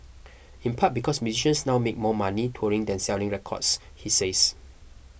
in part because musicians now make more money touring than selling records he says